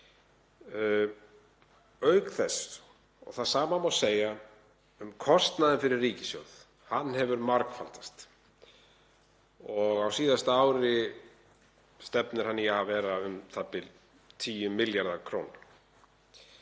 í þessari umræðu. Það sama má segja um kostnaðinn fyrir ríkissjóð, hann hefur margfaldast og á síðasta ári stefnir hann í að vera u.þ.b. 10 milljarðar kr.